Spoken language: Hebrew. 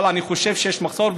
אבל אני חושב שיש מחסור,